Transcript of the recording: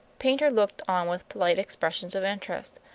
paynter looked on with polite expressions of interest,